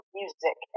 music